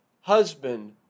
Husband